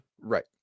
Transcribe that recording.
Right